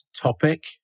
topic